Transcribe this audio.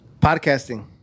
Podcasting